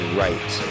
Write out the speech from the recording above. right